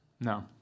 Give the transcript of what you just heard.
No